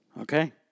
Okay